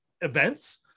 events